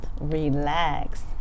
relax